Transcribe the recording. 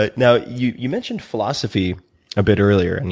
but now, you you mentioned philosophy a bit earlier. and